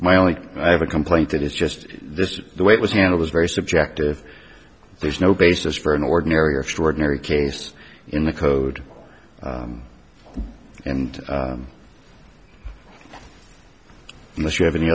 my only i have a complaint that is just this is the way it was handled is very subjective there's no basis for an ordinary are extraordinary case in the code and unless you have any